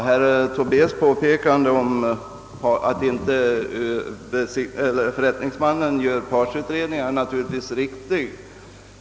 Herr talman! Herr Tobés påpekande om att förrättningsmannen inte gör partsutredningar är naturligtvis riktigt.